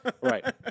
right